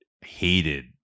hated